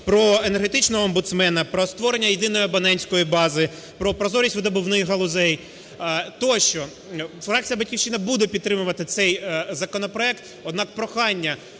про енергетичного омбудсмена, про створення Єдиної абонентської бази, про прозорість видобувних галузей тощо. Фракція "Батьківщина" буде підтримувати цей законопроект, однак прохання